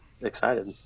excited